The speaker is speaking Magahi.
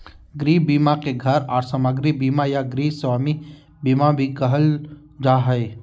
गृह बीमा के घर आर सामाग्री बीमा या गृहस्वामी बीमा भी कहल जा हय